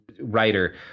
writer